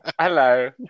Hello